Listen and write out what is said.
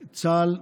צה"ל,